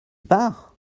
pars